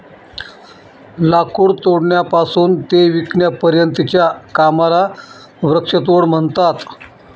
लाकूड तोडण्यापासून ते विकण्यापर्यंतच्या कामाला वृक्षतोड म्हणतात